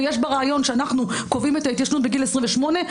ויש בה רעיון שאנחנו קובעים את ההתיישנות בגיל 28,